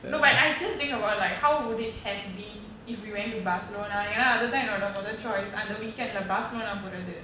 no but I still think about like how would it have been if we went to barcelona ஏனாஅதுதான்என்மொத:yena athuthaan en motha choice அந்த:antha weekend lah barcelona போகுறது:pokurathu